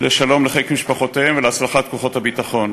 לשלום לחיק משפחותיהם ולהצלחת כוחות הביטחון.